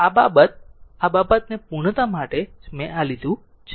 આ ફક્ત આ બાબતની પૂર્ણતા માટે જ મેં આ લીધો છે